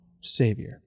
Savior